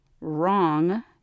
wrong